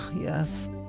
yes